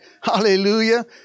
Hallelujah